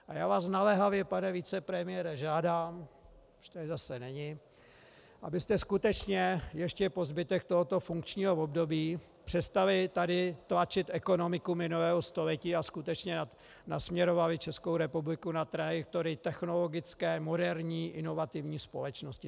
A já vás naléhavě, pane vicepremiére žádám, už tady zase není, abyste skutečně ještě po zbytek tohoto funkčního období přestali tady tlačit ekonomiku minulého století a skutečně nasměrovali Českou republiku na technologické, moderní, inovativní společnosti.